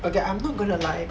okay I'm not gonna lie